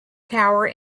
tower